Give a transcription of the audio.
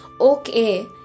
okay